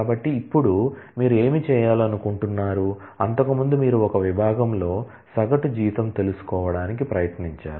కాబట్టి ఇప్పుడు మీరు ఏమి చేయాలనుకుంటున్నారు అంతకుముందు మీరు ఒక విభాగంలో సగటు జీతం తెలుసుకోవడానికి ప్రయత్నించారు